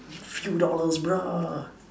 few dollars bruh